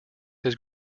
his